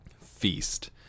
feast